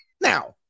Now